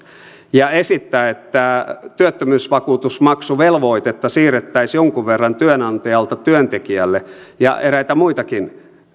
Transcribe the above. ja esittää että työttömyysvakuutusmaksuvelvoitetta siirrettäisiin jonkun verran työnantajalta työntekijälle ja eräitä muitakin